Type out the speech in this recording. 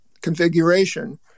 configuration